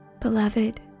Beloved